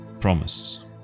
Promise